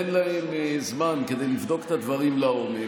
ניתן להם זמן כדי לבדוק את הדברים לעומק,